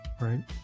Right